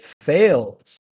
fails